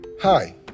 Hi